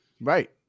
Right